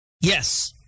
yes